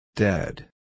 Dead